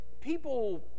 People